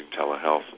telehealth